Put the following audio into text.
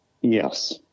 Yes